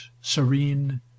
serene